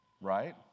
right